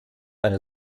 eine